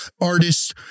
artists